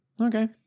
okay